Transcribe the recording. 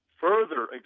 further